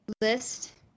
list